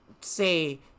say